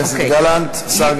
נגד.